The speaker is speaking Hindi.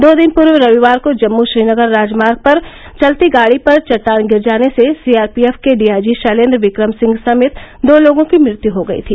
दो दिन पूर्व रविवार को जम्मू श्रीनगर राजमार्ग पर चलती गाड़ी पर चट्टान गिर जाने से सीआरपीएफ के डीआईजी शैलेन्द्र विक्रम सिंह समेत दो लोगों की मृत्यु हो गयी थी